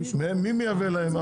מי מייבא להם?